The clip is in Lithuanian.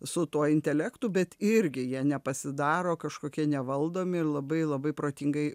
su tuo intelektu bet irgi jie nepasidaro kažkokie nevaldomi ir labai labai protingai